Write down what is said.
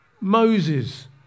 Moses